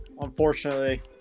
unfortunately